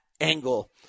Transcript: angle